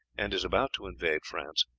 and is about to invade france,